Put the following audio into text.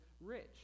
rich